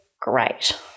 great